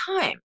time